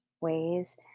ways